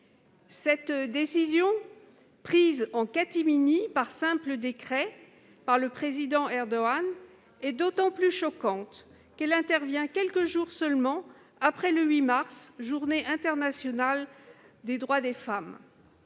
Cette décision, prise en catimini par simple décret du président Erdogan, est d'autant plus choquante qu'elle intervient quelques jours seulement après le 8 mars, Journée internationale des droits des femmes.